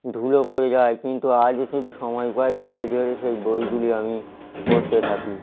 ধুলো পড়ে যায় কিন্তু আজও সেটি সময় পাই ধুলো ঝেড়ে সেই বইগুলি আমি পড়তে থাকি